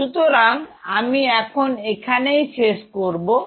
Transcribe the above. সুতরাং আমি এখন এখানেই শেষ করব